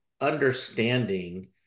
understanding